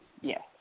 yes